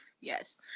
Yes